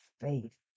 faith